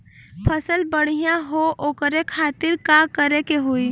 फसल बढ़ियां हो ओकरे खातिर का करे के होई?